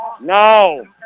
No